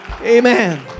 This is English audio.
Amen